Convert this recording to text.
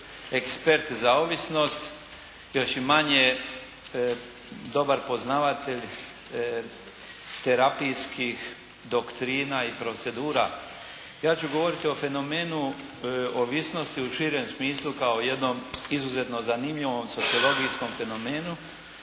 ekspert za ovisnost, još i manje dobar poznavatelj terapijskih doktrina i procedura. Ja ću govoriti o fenomenu ovisnosti u širem smislu kao jednom izuzetno zanimljivom sociologijskom fenomenu.